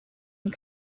and